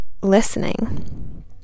listening